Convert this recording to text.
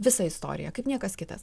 visą istoriją kaip niekas kitas